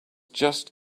just